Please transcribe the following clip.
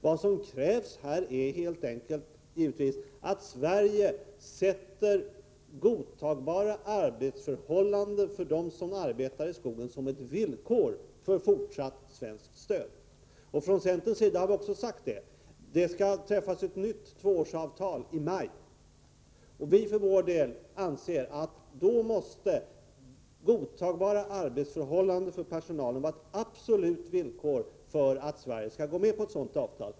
Vad som krävs här är helt enkelt att Sverige sätter godtagbara arbetsförhållanden för dem som arbetar i skogen som ett villkor för fortsatt svenskt stöd. Från centerns sida har vi också sagt detta. Det skall träffas ett nytt tvåårsavtal i maj. Vi för vår del anser att godtagbara arbetsförhållanden för personalen måste vara ett absolut villkor för att Sverige skall gå med på ett sådant avtal.